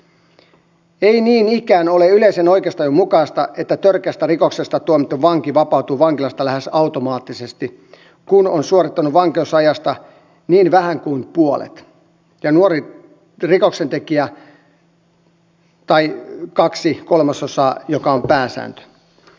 ei niin ikään ole yleisen oikeustajun mukaista että törkeästä rikoksesta tuomittu vanki vapautuu vankilasta lähes automaattisesti kun on suorittanut vankeusajasta niin vähän kuin puolet kun on nuori rikoksentekijä tai kaksi kolmasosaa joka on pääsääntö